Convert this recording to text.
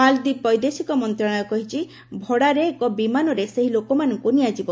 ମାଳଦ୍ୱୀପ ବୈଦେଶିକ ମନ୍ତ୍ରଣାଳୟ କହିଛି ଭଡ଼ାରେ ଏକ ବିମାନରେ ସେହି ଲୋକମାନଙ୍କୁ ନିଆଯିବ